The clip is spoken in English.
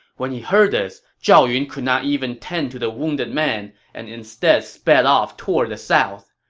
when he heard this, zhao yun could not even tend to the wounded man and instead sped off toward the south.